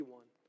one